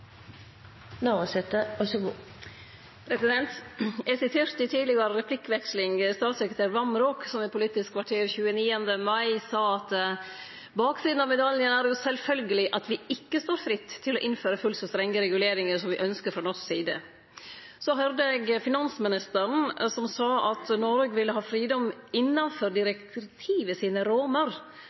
som er så gode som mulig sett fra norsk side. Eg siterte ei tidlegare replikkveksling statssekretær Vamraak, som i Politisk kvarter 30. mai sa at «baksiden av medaljen er jo selvfølgelig at vi ikke står fritt til å innføre fullt så strenge reguleringer som vi ønsker fra norsk side.» Så høyrde eg finansministeren som sa at Noreg ville ha fridom til innanfor rammene til direktivet